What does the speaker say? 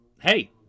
hey